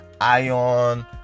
ion